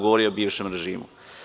Govorio je o bivšem režimu.